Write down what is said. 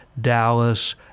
Dallas